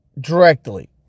Directly